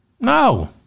no